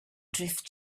drift